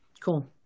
Cool